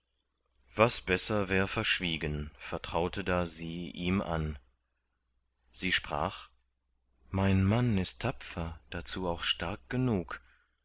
was besser wär verschwiegen vertraute da sie ihm an sie sprach mein mann ist tapfer dazu auch stark genug